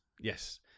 yes